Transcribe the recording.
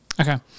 okay